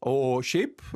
o šiaip